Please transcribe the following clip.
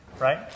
right